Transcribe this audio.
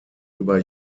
über